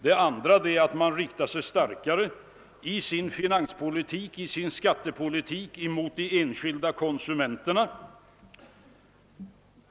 Det andra alternativet är att man riktar sig starkare i sin skattepolitik mot de enskilda konsumenterna.